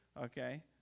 Okay